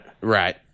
Right